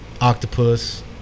Octopus